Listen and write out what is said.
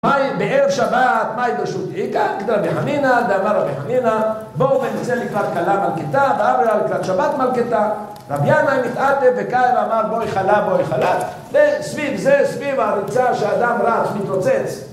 בערב שבת, מה ברשות איכא? כדרבי חנינא, דאמר רבי חנינא בואו ונצא לקראת כלה מלכתא ואמרי לה לקראת שבת מלכתא, רבי ינאי מתעטף וקאי ואמר בואי כלה, בואי כלה. וסביב זה, סביב הריצה שאדם רע מתרוצץ